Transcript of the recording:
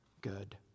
good